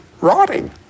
rotting